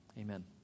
Amen